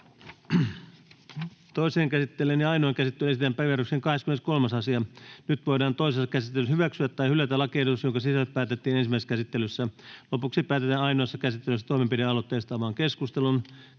Toiseen käsittelyyn ja ainoaan käsittelyyn esitellään päiväjärjestyksen 23. asia. Nyt voidaan toisessa käsittelyssä hyväksyä tai hylätä lakiehdotus, jonka sisällöstä päätettiin ensimmäisessä käsittelyssä. Lopuksi päätetään ainoassa käsittelyssä toimenpidealoitteista. [Speech